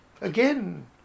again